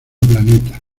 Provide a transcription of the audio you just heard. planeta